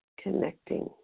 connecting